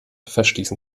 festschließen